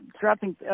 dropping –